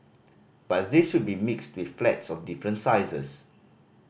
but they should be mixed with flats of different sizes